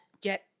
Get